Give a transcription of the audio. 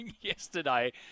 yesterday